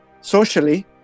socially